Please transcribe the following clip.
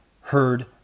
heard